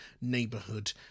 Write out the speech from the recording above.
neighborhood